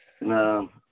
no